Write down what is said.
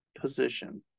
position